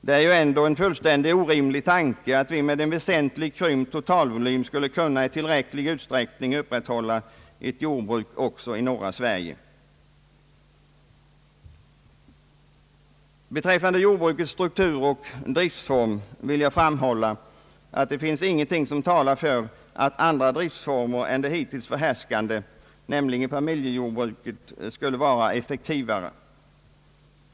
Det är ändå en fullständigt orimlig tanke att vi med en väsentligt krympt totalvolym i tillräcklig utsträckning skulle kunna upprätthålla ett jordbruk också i norra Sverige. Beträffande jordbrukets strukturoch driftsform vill jag framhålla att ingenting talar för att andra driftsformer än den hittills förhärskande, nämligen familjejordbruket, skulle vara effektivare.